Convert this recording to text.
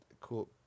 cool